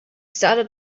started